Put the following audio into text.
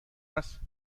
است